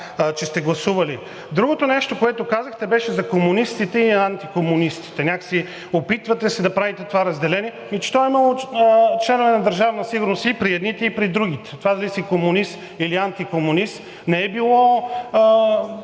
Другото нещо, което казахте, беше за комунистите и за антикомунистите. Някак си се опитвате да правите това разделение. Ами много членове на Държавна сигурност има и при едните, и при другите. Това дали си комунист, или антикомунист не е било